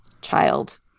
child